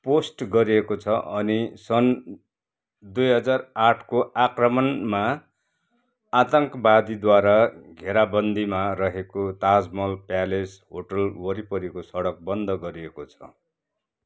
post गरिएको छ अनि सन् दुई हजार आठको आक्रमणमा आतङ्कवादीद्वारा घेराबन्दीमा रहेको ताजमहल प्यालेस होटेल वरिपरिको सडक बन्द गरिएको छ